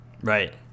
Right